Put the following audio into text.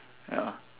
ya